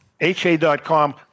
HA.com